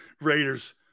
Raiders